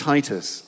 Titus